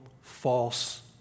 false